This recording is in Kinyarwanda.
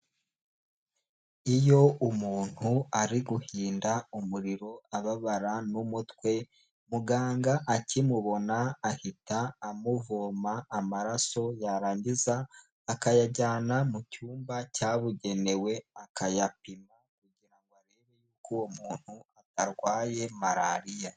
Iyo umuntu ari guhinda umuriro ababara n'umutwe, muganga akimubona ahita amuvoma amaraso, yarangiza akayajyana mu cyumba cyabugenewe, akayapima. Kugira ngo arebe yuko uwo umuntu atarwaye malariya.